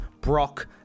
Brock